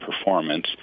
performance